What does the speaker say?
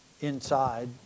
inside